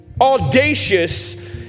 audacious